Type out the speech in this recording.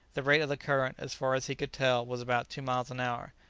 the rate of the current, as far as he could tell, was about two miles an hour,